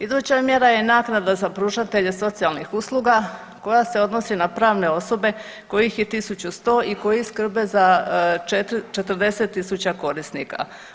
Iduća mjere je naknada za pružatelje socijalnih usluga koja se odnosi na pravne osobe kojih je 1.100 i koji skrbe za 40.000 korisnika.